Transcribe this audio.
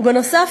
ובנוסף,